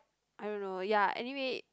I don't know ya anyway